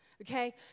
okay